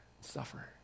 suffer